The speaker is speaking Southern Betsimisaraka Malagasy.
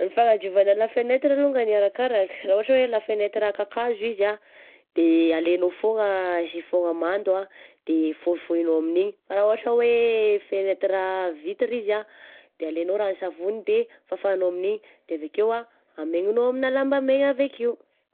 Ny fanadiovana la fenêtre longany arakaraka, raha ohatra hoe la fenêtre kakazo izy ah, de alainao foagna sifôgna mando ah, de fôfônao amin'iny, fa raha ohatra hoe fenêtre vitre izy ah de alainao ranon-savony de fafanao amin'iny de avy akeo ah, hamaigninao amigna lamba maina avy akeo.